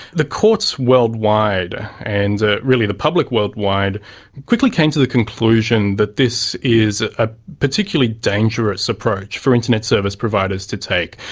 the courts worldwide and really the public worldwide quickly came to the conclusion that this is a particularly dangerous approach for internet service providers to take,